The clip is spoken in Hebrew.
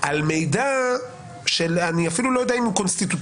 על מידע שאני אפילו לא יודע אם הוא קונסטיטוטיבי,